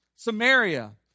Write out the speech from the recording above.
Samaria